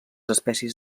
espècies